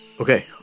Okay